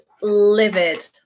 livid